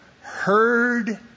heard